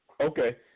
Okay